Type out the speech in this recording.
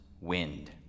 wind